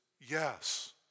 yes